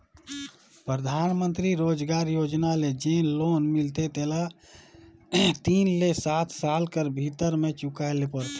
परधानमंतरी रोजगार योजना ले जेन लोन मिलथे तेला तीन ले सात साल कर भीतर में चुकाए ले परथे